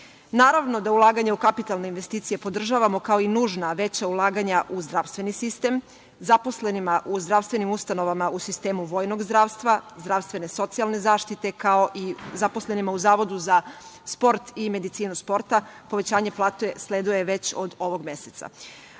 značaj. Naravno da ulaganje u kapitalne investicije podržavamo, kao i nužna veća ulaganja u zdravstveni sistem. Zaposlenima u zdravstvenim ustanovama u sistemu vojnog zdravstva, zdravstvene socijalne zaštite, kao i zaposlenima u Zavodu za sport i medicinu sporta povećanje plate sleduje već od ovog meseca. Ono